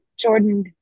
Jordan